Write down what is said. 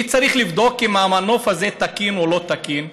מי צריך לבדוק אם המנוף הזה תקין או לא תקין?